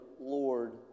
Lord